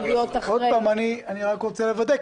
--- עוד פעם אני רק רוצה לוודא,